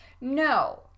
No